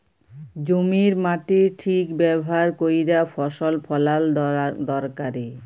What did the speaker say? জমির মাটির ঠিক ব্যাভার ক্যইরে ফসল ফলাল দরকারি